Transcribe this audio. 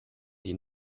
die